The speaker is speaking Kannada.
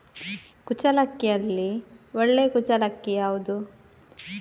ಕುಚ್ಚಲಕ್ಕಿಯಲ್ಲಿ ಒಳ್ಳೆ ಕುಚ್ಚಲಕ್ಕಿ ಯಾವುದು?